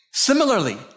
Similarly